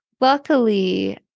luckily